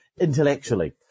intellectually